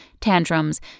tantrums